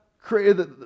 created